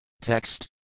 Text